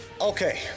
Okay